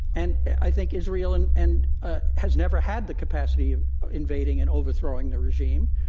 and i think israel and and ah has never had the capacity of invading and overthrowing the regime,